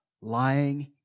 lying